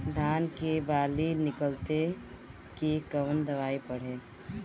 धान के बाली निकलते के कवन दवाई पढ़े?